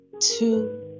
two